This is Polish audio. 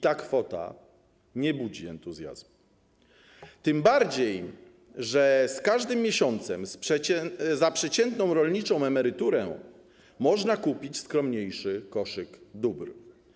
Ta kwota nie budzi entuzjazmu, tym bardziej że z każdym miesiącem za przeciętną rolniczą emeryturę można kupić skromniejszy koszyk dóbr.